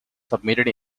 submitted